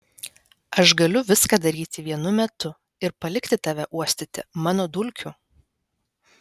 aš galiu viską daryti vienu metu ir palikti tave uostyti mano dulkių